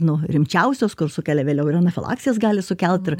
nu rimčiausios kol sukelia vėliau ir anafilaksijas gali sukelt